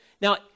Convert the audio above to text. Now